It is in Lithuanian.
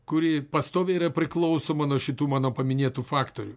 kuri pastoviai yra priklausoma nuo šitų mano paminėtų faktorių